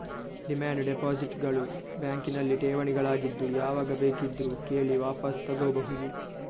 demand deposit ಗಳು ಬ್ಯಾಂಕಿನಲ್ಲಿ ಠೇವಣಿಗಳಾಗಿದ್ದು ಯಾವಾಗ ಬೇಕಿದ್ರೂ ಕೇಳಿ ವಾಪಸು ತಗೋಬಹುದು